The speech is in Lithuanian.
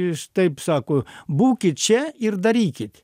iš taip sako būkit čia ir darykit